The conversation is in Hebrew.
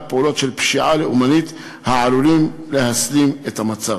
פעולות של פשיעה לאומנית העלולות להסלים את המצב.